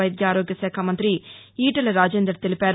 వైద్య ఆరోగ్య శాఖ మంతి ఈటెల రాజేందర్ తెలిపారు